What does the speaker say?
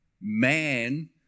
man